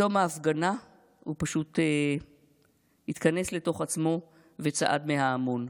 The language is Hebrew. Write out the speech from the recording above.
בתום ההפגנה הוא פשוט התכנס לתוך עצמו וצעד מההמון.